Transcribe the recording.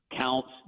counts